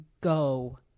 go